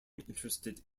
interested